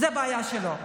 זאת בעיה שלו.